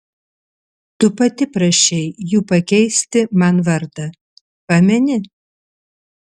tu pati prašei jų pakeisti man vardą pameni